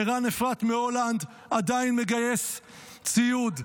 ערן אפרת מהולנד עדיין מגייס ציוד,